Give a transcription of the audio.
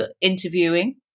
interviewing